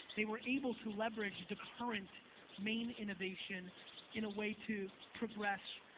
they were able to leverage the current main innovation in a way to progress.